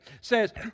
says